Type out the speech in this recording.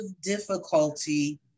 difficulty